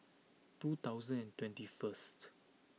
two thousand and twenty first